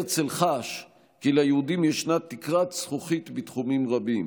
הרצל חש כי ליהודים ישנה תקרת זכוכית בתחומים רבים